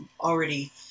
already